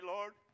Lord